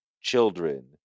children